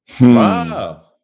Wow